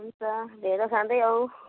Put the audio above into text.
हुन्छ ढेँडो खाँदै आऊ